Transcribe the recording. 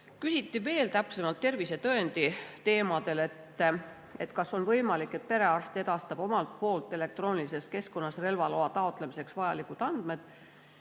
Küsiti veel täpsemalt tervisetõendi teemadel, kas on võimalik, et perearst edastab omalt poolt elektroonilises keskkonnas relvaloa taotlemiseks vajalikud andmed.